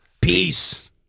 Peace